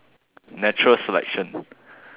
natural selection